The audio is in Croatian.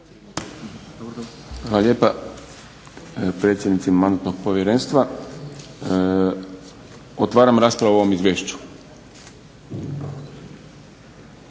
Hvala lijepa predsjednici Mandatnog povjerenstva. Otvaram raspravu o ovom izvješću.